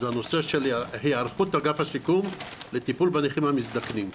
על היערכות אגף השיקום לטיפול בנכים המזדקנים.